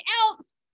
else